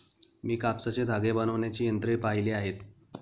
मी कापसाचे धागे बनवण्याची यंत्रे पाहिली आहेत